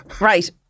right